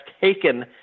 taken